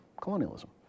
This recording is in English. colonialism